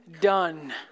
done